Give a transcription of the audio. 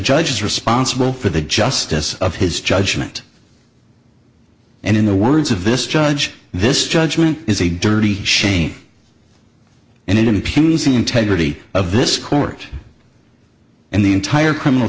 judge is responsible for the justice of his judgment and in the words of this judge this judgment is a dirty shame and it impugns the integrity of this court and the entire criminal